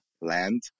land